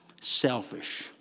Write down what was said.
selfish